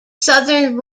southern